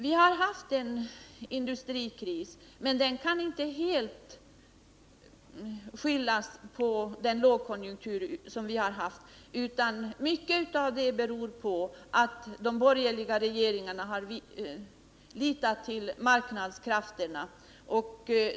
Vi har haft en industrikris, men den kan inte helt skyllas på lågkonjunktur, utan mycket av den har berott på att de borgerliga regeringarna har litat till marknadskrafterna.